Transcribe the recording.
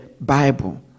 Bible